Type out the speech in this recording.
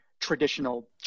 traditional